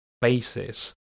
basis